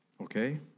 Okay